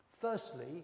Firstly